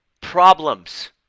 problems